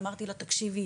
אמרתי לה "תקשיבי,